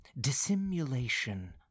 dissimulation